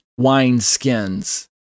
wineskins